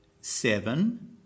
Seven